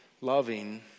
loving